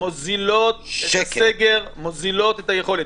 מוזילות את הסגר, מוזילות את היכולת.